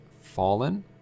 fallen